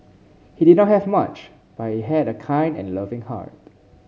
he did not have much but he had a kind and loving heart